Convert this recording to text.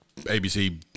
ABC